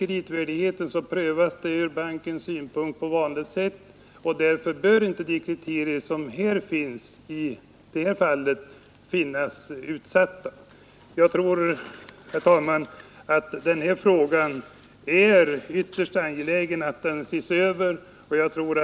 Kreditmöjligheten prövas väl ur bankens synpunkt på vanligt sätt, och därför bör inte de kriterier som finns i det här fallet vara utsatta. Jag tror, herr talman, att det är ytterst angeläget att den här frågan ses över.